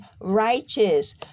righteous